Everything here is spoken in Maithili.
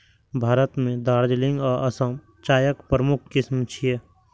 भारत मे दार्जिलिंग आ असम चायक प्रमुख किस्म छियै